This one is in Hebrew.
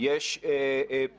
אדבר על סוגיות